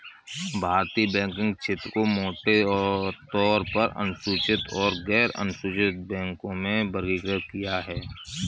भारतीय बैंकिंग क्षेत्र को मोटे तौर पर अनुसूचित और गैरअनुसूचित बैंकों में वर्गीकृत किया है